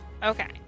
Okay